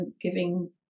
giving